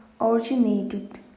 originated